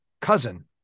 cousin